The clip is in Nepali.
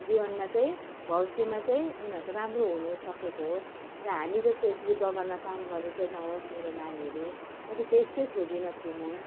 जीवनमा चाहिँ भविष्यमा चाहिँ उनीहरूको राम्रो हुनसकेको होस् र हामी जस्तै यसरी बगानमा काम गर्ने चाहिँ नहोस् मेरो नानीहरू म चाहिँ त्यसकै खोजीमा छु म